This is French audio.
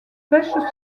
pêche